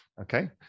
okay